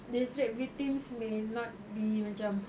these rape victims may not be macam